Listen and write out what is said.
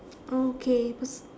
okay pers~